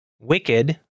Wicked